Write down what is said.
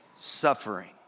suffering